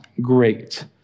great